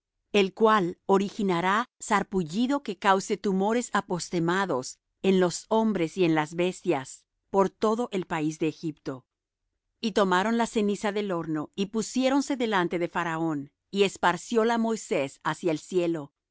el cual originará sarpullido que cause tumores apostemados en los hombres y en las bestias por todo el país de egipto y tomaron la ceniza del horno y pusiéronse delante de faraón y esparcióla moisés hacia el cielo